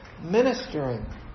ministering